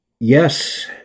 Yes